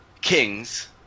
kings